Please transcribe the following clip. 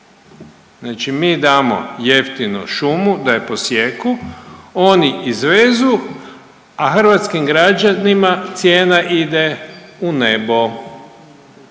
Znači mi damo jeftino šumu da je posijeku, oni izvezu, a hrvatskim građanima cijena ide u nebo.